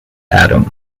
atom